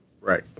Right